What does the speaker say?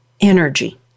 energy